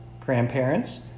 grandparents